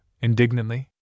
indignantly